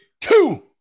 two